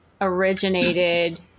originated